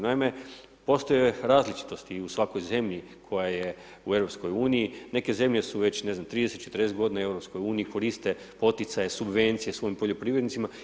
Naime, postoje različitosti u svakoj zemlji koje su u EU, neke zemlje su već, ne znam 30, 40 godina u EU, koriste poticaje, subvencije svojim poljoprivrednicima.